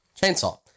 Chainsaw